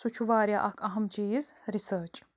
سُہ چھُ وارِیاہ اَکھ أہم چیٖز رِسٲرٕچ